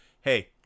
Hey